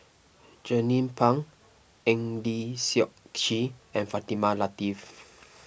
Jernnine Pang Eng Lee Seok Chee and Fatimah Lateef